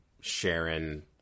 Sharon